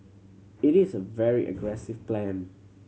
it is a very aggressive plan